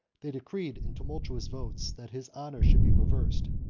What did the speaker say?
they decreed in tumultuous votes, that his honors should be reversed,